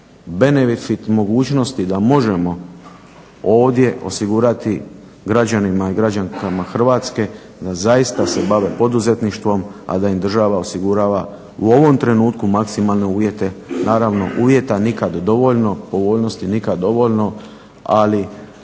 benefit mogućnosti da možemo ovdje osigurati građanima i građankama Hrvatske da zaista se bave poduzetništvom, a da im država osigurava u ovom trenutku maksimalne uvjete. Naravno, uvjeta nikada dovoljno, povoljnosti nikad dovoljno ali